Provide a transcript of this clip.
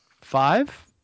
five